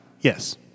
Yes